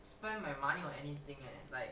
spend my money or anything like